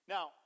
Now